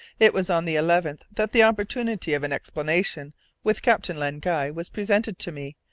it was on the eleventh that the opportunity of an explanation with captain len guy was presented to me,